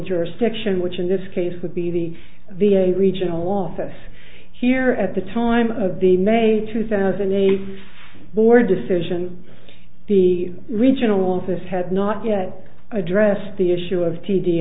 jurisdiction which in this case would be the the a regional office here at the time of the may two thousand a board decision the regional office had not yet addressed the issue of t d